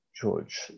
George